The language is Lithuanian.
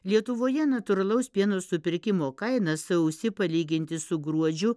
lietuvoje natūralaus pieno supirkimo kaina sausį palyginti su gruodžiu